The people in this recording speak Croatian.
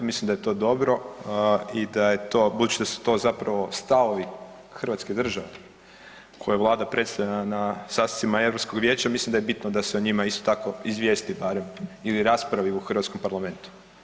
Mislim da je to dobro i da je to, budući da su to zapravo stavovi Hrvatske države kojoj Vlada predsjeda na sastancima Europskoga vijeća mislim da je bitno da se o njima isto tako izvijesti barem ili raspravi u hrvatskom Parlamentu.